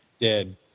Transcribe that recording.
Dead